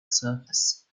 surface